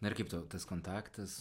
na ir kaip tau tas kontaktas